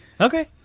okay